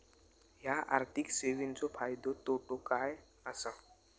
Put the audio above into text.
हया आर्थिक सेवेंचो फायदो तोटो काय आसा?